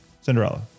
Cinderella